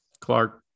Clark